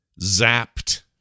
Zapped